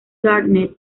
gardner